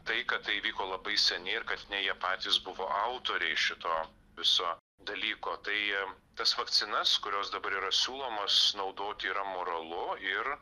tai kad tai įvyko labai seniai ir kad ne jie patys buvo autoriai šito viso dalyko tai tas vakcinas kurios dabar yra siūlomos naudoti yra moralu ir